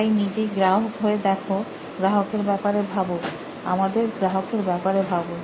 তাই নিজেই গ্রাহক হয়ে দেখো গ্রাহকের ব্যাপারে ভাবো আমাদের গ্রাহকের ব্যাপারে ভাবো